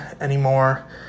anymore